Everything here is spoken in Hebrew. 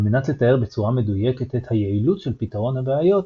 על מנת לתאר בצורה מדויקת את ה"יעילות" של פתרון הבעיות,